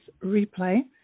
replay